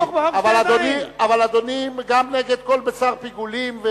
אבל אדוני גם נגד כל בשר פיגולים.